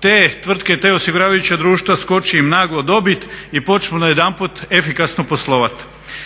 te tvrtke, ta osiguravajuća društva skoči im naglo dobit i počnu najedanput efikasno poslovati.